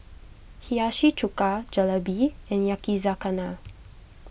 Hiyashi Chuka Jalebi and Yakizakana